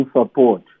support